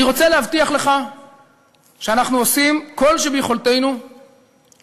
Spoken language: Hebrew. אני רוצה להבטיח לך שאנחנו עושים כל שביכולתנו כדי